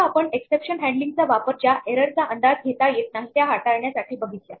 आता आपण exception handling चा वापर ज्या एरर चा अंदाज घेता येत नाही त्या हाताळण्यासाठी बघितल्या